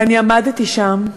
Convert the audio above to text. ואני עמדתי שם,